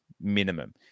minimum